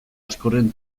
askoren